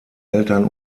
eltern